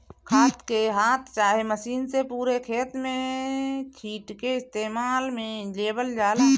खाद के हाथ चाहे मशीन से पूरे खेत में छींट के इस्तेमाल में लेवल जाला